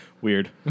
weird